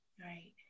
Right